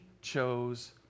chose